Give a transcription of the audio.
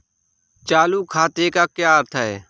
चालू खाते का क्या अर्थ है?